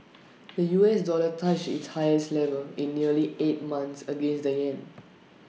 the U S dollar touched its highest level in nearly eight months against the Yen